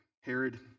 Herod